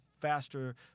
faster